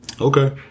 Okay